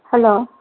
hello